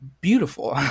beautiful